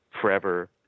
forever